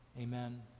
Amen